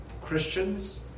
Christians